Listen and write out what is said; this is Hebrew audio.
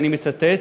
ואני מצטט: